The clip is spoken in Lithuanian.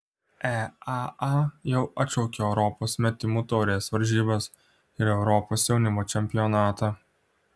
eaa jau atšaukė europos metimų taurės varžybas ir europos jaunimo čempionatą